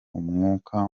umwuka